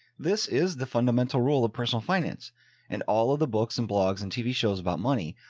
this is the fundamental rule of personal finance and all of the books and blogs and tv shows about money.